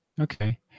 okay